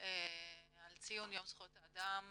על ציון יום זכויות האדם